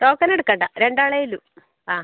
token എടുക്കേണ്ട രണ്ടാളേ ഉള്ളൂ ആ